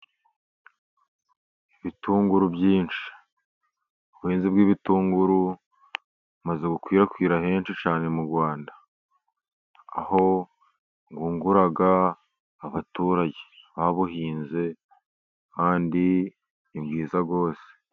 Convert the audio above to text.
Ibitunguru byinshi , ubuhinzi bw'ibitunguru bumaze gukwirakwira henshi cyane mu Rwanda, aho bwungura abaturage babuhinze kandi ni bwiza rwose.